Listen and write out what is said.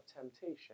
temptation